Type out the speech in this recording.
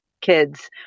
kids